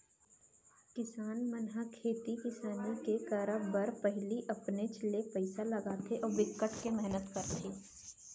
किसान मन ह खेती किसानी के करब बर पहिली अपनेच ले पइसा लगाथे अउ बिकट के मेहनत करथे